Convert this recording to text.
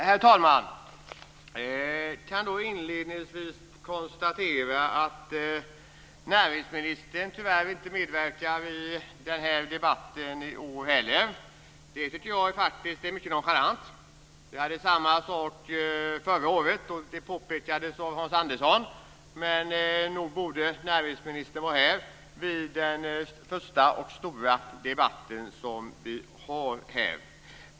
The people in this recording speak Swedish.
Herr talman! Jag kan inledningsvis konstatera att näringsministern tyvärr inte medverkar i den här debatten i år heller. Jag tycker att det är mycket nonchalant. Det var samma sak förra året, och det påpekades av Hans Andersson. Nog borde näringsministern vara här vid den första stora debatt som vi har.